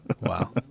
Wow